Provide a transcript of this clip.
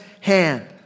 hand